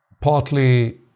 partly